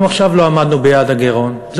גם לא עמדנו עכשיו ביעד הגירעון.